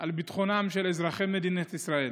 על ביטחונם של אזרחי מדינת ישראל,